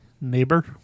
Neighbor